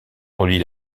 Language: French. relie